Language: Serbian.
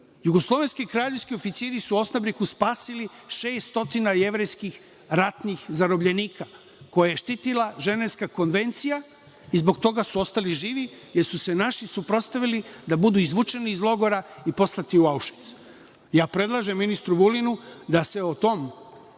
pitanju. Jugoslovenski kraljevski oficiri su u Osnabriku spasili 600 jevrejskih ratnih zarobljenika koje je štitila Ženevska konvencija i zbog toga su ostali živi jer su se naši suprotstavili da budu izvučeni iz logora i poslati u Aušvic. Predlažem ministru Vulinu da se o tom